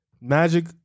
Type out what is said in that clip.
Magic